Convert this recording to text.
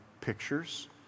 pictures